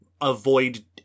avoid